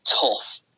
tough